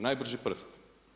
Najbrži prst.